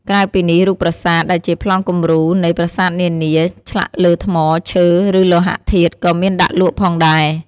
ក្រៅពីនេះ រូបប្រាសាទ ដែលជាប្លង់គំរូនៃប្រាសាទនានា ឆ្លាក់លើថ្ម ឈើ ឬលោហៈធាតុ ក៏មានដាក់លក់ផងដែរ។